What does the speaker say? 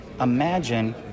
imagine